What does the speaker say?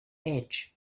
edge